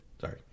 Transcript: Sorry